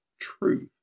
truth